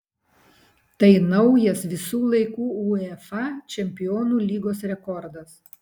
tai naujas visų laikų uefa čempionų lygos rekordas